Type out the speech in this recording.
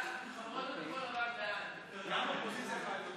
חוק סמכויות מיוחדות להתמודדות עם